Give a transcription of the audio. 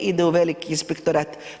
Ide u veliki inspektorat.